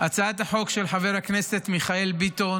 הצעת החוק של חבר הכנסת מיכאל ביטון